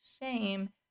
shame